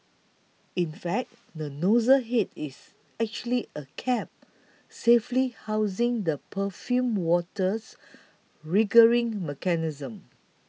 in fact the nozzle head is actually a cap safely housing the perfumed water's triggering mechanism